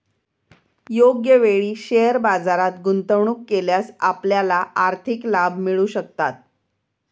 योग्य वेळी शेअर बाजारात गुंतवणूक केल्यास आपल्याला आर्थिक लाभ मिळू शकतात